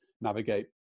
navigate